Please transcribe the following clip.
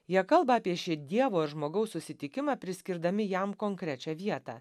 jie kalba apie šį dievo ir žmogaus susitikimą priskirdami jam konkrečią vietą